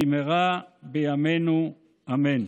במהרה בימינו אמן.